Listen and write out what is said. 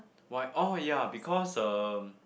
why oh ya because um